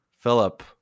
Philip